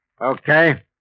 Okay